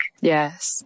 Yes